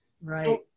Right